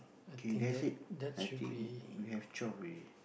K that's it I think we have twelve already